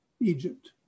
Egypt